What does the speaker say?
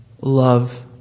love